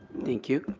thank you.